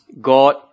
God